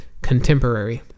Contemporary